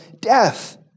death